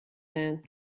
man